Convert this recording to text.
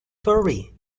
furry